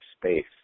space